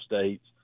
states